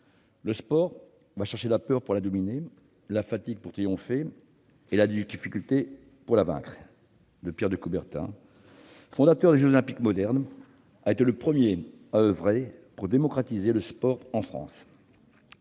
Le sport va chercher la peur pour la dominer, la fatigue pour triompher, et la difficulté pour la vaincre. » Fondateur des jeux Olympiques modernes, il a été le premier à oeuvrer pour démocratiser le sport en France.